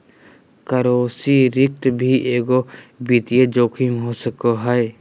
currency risk भी एगो वित्तीय जोखिम हो सको हय